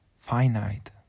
finite